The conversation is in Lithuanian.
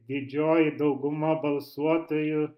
didžioji dauguma balsuotojų